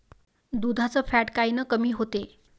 दुधाचं फॅट कायनं कमी होते?